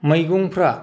मैगंफ्रा